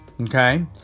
Okay